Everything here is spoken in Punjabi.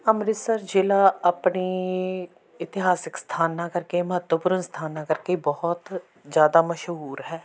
ਅੰਮ੍ਰਿਤਸਰ ਜ਼ਿਲ੍ਹਾ ਆਪਣੇ ਇਤਿਹਾਸਿਕ ਸਥਾਨਾਂ ਕਰਕੇ ਮਹੱਤਵਪੂਰਨ ਸਥਾਨਾਂ ਕਰਕੇ ਬਹੁਤ ਜ਼ਿਆਦਾ ਮਸ਼ਹੂਰ ਹੈ